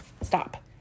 Stop